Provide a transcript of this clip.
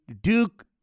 Duke